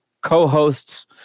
co-hosts